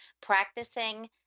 practicing